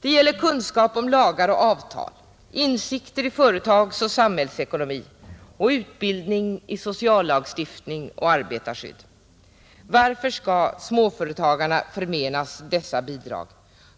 Det gäller kunskap om lagar och avtal, insikter i företagsoch samhällsekonomi samt utbildning i sociallagstiftning och arbetarskydd. Varför skall småföretagarna förmenas detta bidrag?